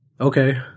Okay